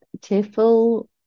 tearful